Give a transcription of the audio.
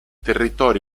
territori